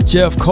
Jeff